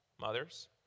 mothers